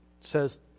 says